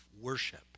worship